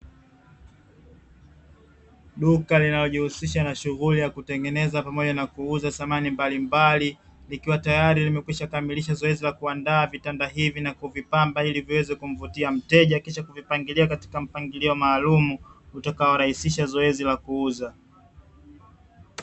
Duka linalojihusisha na shughuli ya kutengeneza pamoja na kuuza samani mbalimbali, likiwa tayari limekwisha kamilisha zoezi la kuandaa vitanda hivi na kuvipamba ili viweze kumvutia mteja kisha kuvupangilia katika mpangilio maalumu utakao rahisisha zoezi la kuuza.